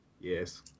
yes